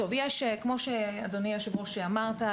כמו שאדוני היו"ר אמרת,